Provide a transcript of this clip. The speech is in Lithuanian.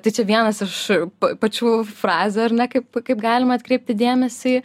tai čia vienas iš pačių frazių ar ne kaip kaip galima atkreipti dėmesį